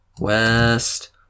west